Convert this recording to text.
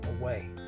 away